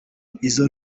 izo